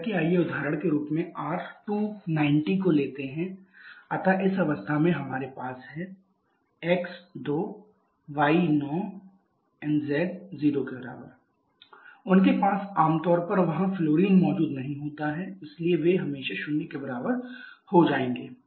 जैसा कि आइए उदाहरण के रूप में R290 को लेते हैं अतः इस अवस्था में हमारे पास है x 2 y 9 z 0 उनके पास आमतौर पर वहां फ्लोरीन मौजूद नहीं होता है इसलिए वे हमेशा शून्य के बराबर हो जाएंगे